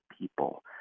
people